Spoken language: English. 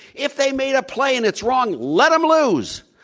if they made a play, and it's wrong, let them lose.